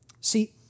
See